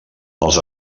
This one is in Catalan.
els